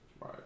Right